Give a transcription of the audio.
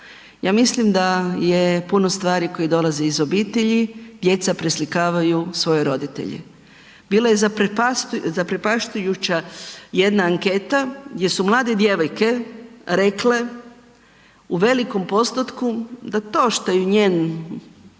Ja mislim da je puno stvari koje dolaze iz obitelji, djeca preslikavaju svoje roditelje. Bila je zaprepašćujuća jedna anketa gdje su mlade djevojke rekle u velikom postotku da to što je njen